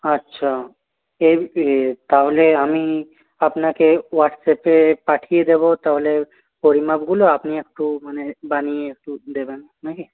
আচ্ছা এই বে তাহলে আমি আপনাকে হোয়াটসঅ্যাপে পাঠিয়ে দেব তাহলে পরিমাপগুলো আপনি একটু মানে বানিয়ে একটু দেবেন নাকি